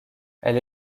elle